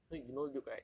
so you know luke right